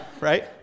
right